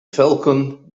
falcon